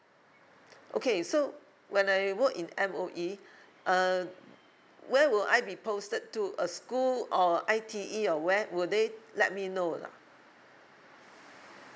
okay so when I work in M_O_E uh where will I be posted to a school or I T E or where would they let me know ah